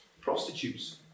prostitutes